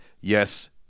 Yes